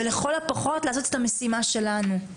לפחות לעשות את המשימה שלנו.